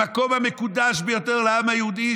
המקום המקודש ביותר לעם היהודי,